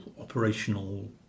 operational